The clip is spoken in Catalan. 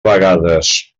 vegades